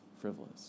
frivolous